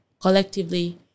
collectively